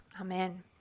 Amen